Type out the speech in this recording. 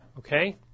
Okay